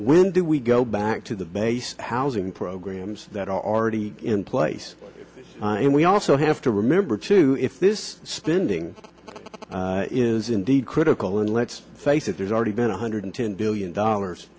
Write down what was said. when do we go back to the base housing programs that are already in place and we also have to remember too if this spending is indeed critical and let's face it there's already been one hundred ten billion dollars